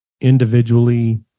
individually